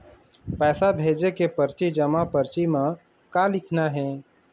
पैसा भेजे के परची जमा परची म का लिखना हे?